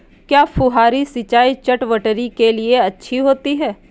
क्या फुहारी सिंचाई चटवटरी के लिए अच्छी होती है?